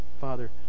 Father